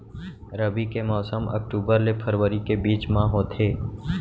रबी के मौसम अक्टूबर ले फरवरी के बीच मा होथे